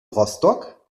rostock